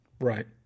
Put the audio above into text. Right